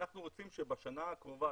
כשאנחנו רוצים שבשנה הקרובה,